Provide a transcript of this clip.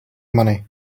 money